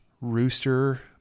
rooster